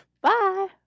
Bye